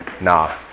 Nah